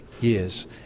years